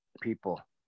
people